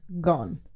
Gone